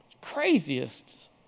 craziest